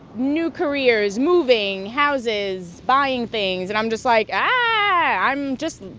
new careers, moving, houses, buying things. and i'm just like, ah i'm just,